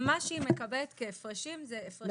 מה שהיא מקבלת כהפרשים זה הפרשים.